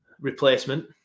replacement